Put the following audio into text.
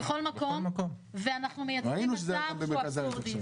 בכל מקום, ואנחנו מייצרים מצב שהוא אבסורדי.